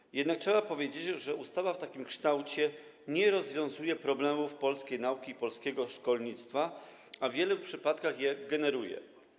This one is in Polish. Trzeba jednak powiedzieć, że ustawa w takim kształcie nie rozwiązuje problemów polskiej nauki i polskiego szkolnictwa, a w wielu przypadkach je generuje.